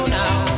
now